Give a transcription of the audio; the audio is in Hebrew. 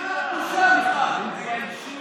אין בושה לך בושה, מיכל.